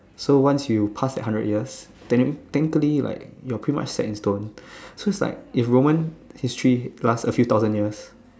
so once you pass that hundred years then that technically you like you are pretty much sand stone so is like if Roman history last a few thousand years